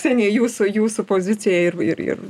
ksenija jūsų jūsų pozicija ir ir ir